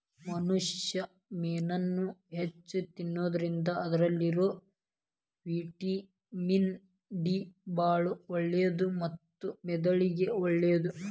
ಮನುಷ್ಯಾ ಮೇನನ್ನ ಹೆಚ್ಚ್ ತಿನ್ನೋದ್ರಿಂದ ಅದ್ರಲ್ಲಿರೋ ವಿಟಮಿನ್ ಡಿ ಬಾಳ ಒಳ್ಳೇದು ಮತ್ತ ಮೆದುಳಿಗೂ ಒಳ್ಳೇದು